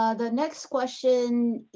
ah the next question